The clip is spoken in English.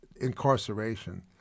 incarceration